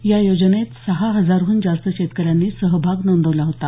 या योजनेत सहा हजारहून जास्त शेतकऱ्यांनी सहभाग नोंदवला होता